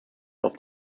auf